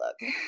look